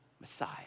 messiah